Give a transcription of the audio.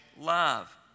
love